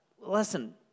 listen